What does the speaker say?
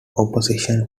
opposition